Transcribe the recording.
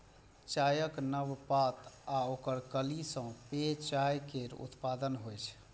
चायक नव पात आ ओकर कली सं पेय चाय केर उत्पादन होइ छै